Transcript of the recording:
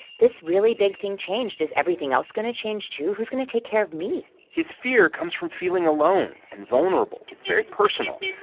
this really big thing changed. is everything else going to change, too? who's going to take care of me? his fear comes from feeling alone and vulnerable. it's very personal.